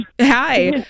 Hi